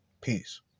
Peace